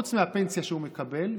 חוץ מהפנסיה שהוא מקבל,